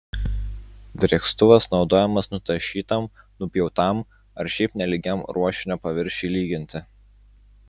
drėkstuvas naudojamas nutašytam nupjautam ar šiaip nelygiam ruošinio paviršiui lyginti